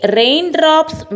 raindrops